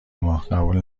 ما، قبول